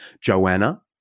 Joanna